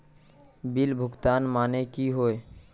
Bill भुगतान माने की होय?